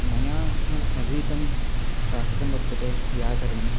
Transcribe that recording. मया अधीतं शास्त्रं वर्तते व्याकरणम्